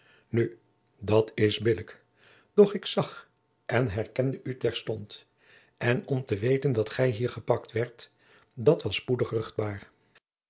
nu dat is billijk doch ik zag en herkende u terstond en om te weten dat gij hier geplakt werd dat was spoedig